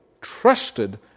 trusted